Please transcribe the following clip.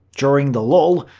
during the lull,